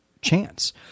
chance